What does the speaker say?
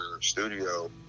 studio